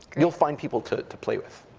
you'll find people to to play with.